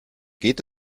geht